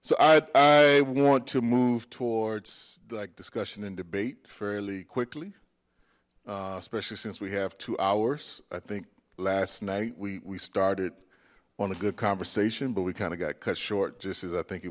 so i want to move towards like discussion and debate fairly quickly especially since we have two hours i think last night we started on a good conversation but we kind of got cut short just as i think it